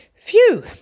Phew